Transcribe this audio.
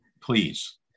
please